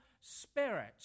spirit